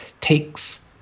takes